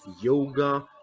yoga